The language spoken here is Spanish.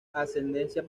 ascendencia